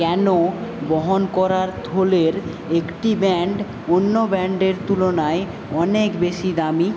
কেন বহন করার থলের একটি ব্র্যান্ড অন্য ব্র্যান্ডের তুলনায় অনেক বেশি দামী